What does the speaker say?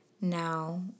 Now